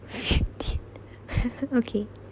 okay